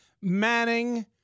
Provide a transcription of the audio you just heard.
Manning